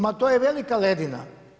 Ma to je velika ledina.